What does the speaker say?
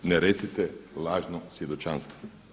Ne recite lažno svjedočanstvo.